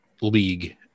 league